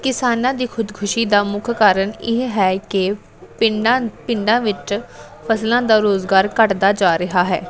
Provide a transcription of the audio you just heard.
ਕਿਸਾਨਾਂ ਦੀ ਖੁਦਖੁਸ਼ੀ ਦਾ ਮੁੱਖ ਕਾਰਨ ਇਹ ਹੈ ਕਿ ਪਿੰਡਾਂ ਪਿੰਡਾਂ ਵਿੱਚ ਫ਼ਸਲਾਂ ਦਾ ਰੁਜ਼ਗਾਰ ਘੱਟਦਾ ਜਾ ਰਿਹਾ ਹੈ